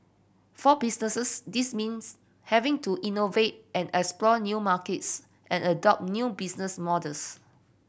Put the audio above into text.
for businesses this means having to innovate and explore new markets and adopt new business models